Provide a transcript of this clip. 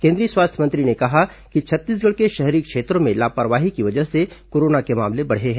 केंद्रीय स्वास्थ्य मंत्री ने कहा कि छत्तीसगढ़ के शहरी क्षेत्रों में लापरवाही की वजह से कोरोना के मामले बढ़े हैं